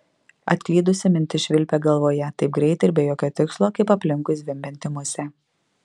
atklydusi mintis švilpė galvoje taip greitai ir be jokio tikslo kaip aplinkui zvimbianti musė